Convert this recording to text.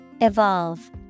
Evolve